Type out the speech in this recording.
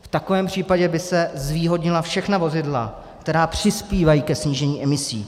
V takovém případě by se zvýhodnila všechna vozidla, která přispívají ke snížení emisí.